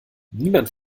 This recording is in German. niemand